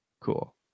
cool